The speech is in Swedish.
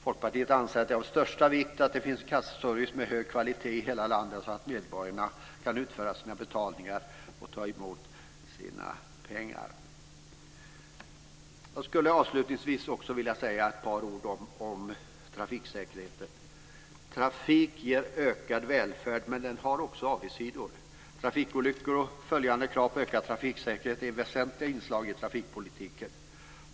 Folkpartiet anser att det är av största vikt att det finns kassaservice med hög kvalitet i hela landet, så att medborgarna kan utföra sina betalningar och ta emot sina pengar. Jag skulle avslutningsvis också vilja säga ett par ord om trafiksäkerheten. Trafik ger ökad välfärd, men den har också avigsidor. Krav på ökad trafiksäkerhet är ett väsentligt inslag i trafikpolitiken.